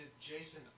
Jason